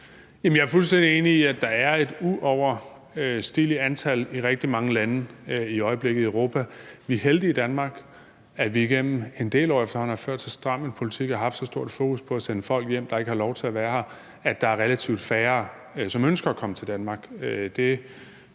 fuldstændig enig i, at der er et uoverstigeligt antal i rigtig mange lande i Europa i øjeblikket. Vi er heldige i Danmark, at vi igennem efterhånden en del år har ført så stram en politik og har haft så stort fokus på at sende folk hjem, der ikke har lov til at være her, at der er relativt færre, som ønsker at komme til Danmark.